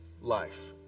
life